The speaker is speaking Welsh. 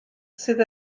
sydd